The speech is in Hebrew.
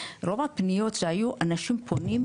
רוב הפניות שאנשים פונים,